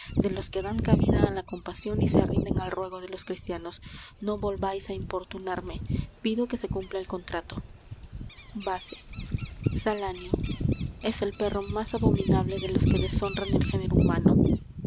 de los que dan cabida á la compasion y se rinden al ruego de los cristianos no volvais á importunarme pido que se cumpla el contrato vase salanio es el perro más abominable de los que deshonran el género humano